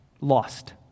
Lost